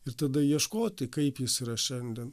ir tada ieškoti kaip jis yra šiandien